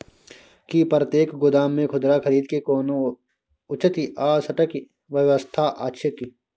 की प्रतेक गोदाम मे खुदरा खरीद के कोनो उचित आ सटिक व्यवस्था अछि की?